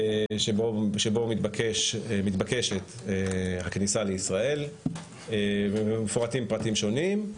שבו מתבקשת הכניסה לישראל ומפורטים פרטים שונים.